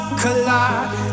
collide